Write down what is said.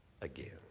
again